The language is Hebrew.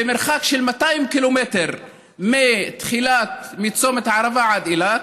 במרחק של 200 קילומטר מצומת הערבה עד אילת,